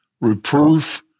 reproof